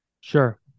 Sure